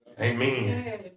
Amen